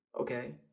okay